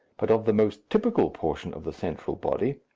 but of the most typical portion of the central body,